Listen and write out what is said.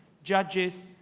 judges,